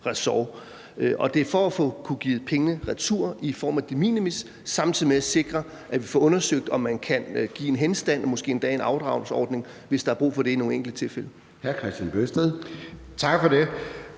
ressort. Det er for at kunne give pengene retur i form af de minimis samtidig med at sikre, at vi får undersøgt, om man kan give en henstand og måske endda en afdragsordning, hvis der er brug for det i nogle enkelte tilfælde.